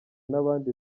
n’abandi